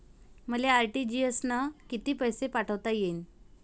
मले आर.टी.जी.एस न कितीक पैसे पाठवता येईन?